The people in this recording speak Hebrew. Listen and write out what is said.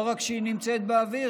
לא רק שהיא נמצאת באוויר,